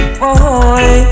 boy